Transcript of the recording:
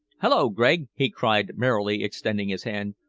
hulloa, gregg! he cried merrily, extending his hand.